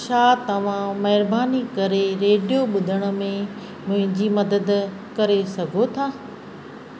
छा तव्हां महिरबानी करे रेडियो ॿुधण में मुंहिंजी मदद करे सघो था